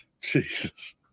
Jesus